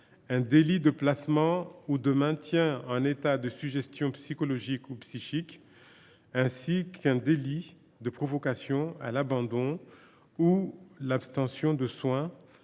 d’un délit de placement ou de maintien en état de sujétion psychologique ou physique, ainsi qu’un délit de provocation à l’abandon ou à l’abstention de soins